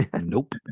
Nope